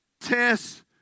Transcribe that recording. test